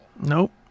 nope